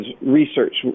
research